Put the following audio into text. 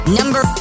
number